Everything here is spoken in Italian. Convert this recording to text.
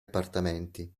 appartamenti